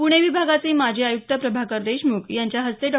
पुणे विभागाचे माजी आयुक्त प्रभाकर देशमुख यांच्या हस्ते डॉ